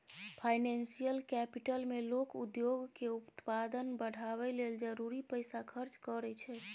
financial capital मे लोक उद्योग के उत्पादन बढ़ाबय लेल जरूरी पैसा खर्च करइ छै